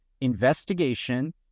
investigation